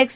x